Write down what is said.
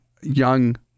young